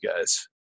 guys